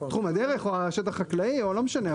תחום הדרך או שטח חקלאי או לא משנה,